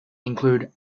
include